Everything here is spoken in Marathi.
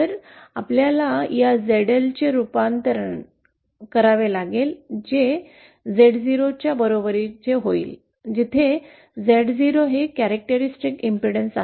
तर आपल्याला या ZL चे रूपांतरण करावे लागेल जे Z0 च्या बरोबरी होईल जिथे Z0 हे वैशिष्ट्यपूर्ण प्रतिबाधा आहे